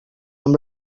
amb